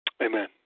Amen